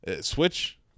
switch